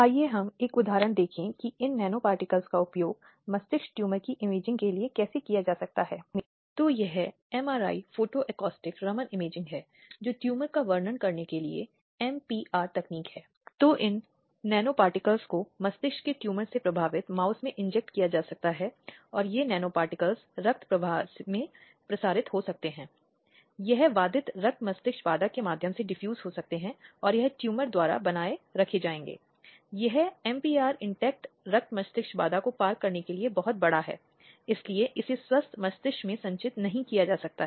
इसी तरह एक महिला का वस्त्र उतारना यह भी कुछ ऐसा है जो भारतीय परिस्थितियों में विशेष रूप से आदिवासी इलाकों में विशेषकर गाँव के इलाकों में जहाँ महिलाओं की नग्न परेड करा दी जाती है उन्हें सबक सिखाने के लिए या ऐसे डायन को मारने के उदाहरण हैं और किसी महिला को चुड़ैल का लेबल दिया जाता है और फिर उसे निर्वस्त्र कर पूरे गाँव में घुमाया जाता है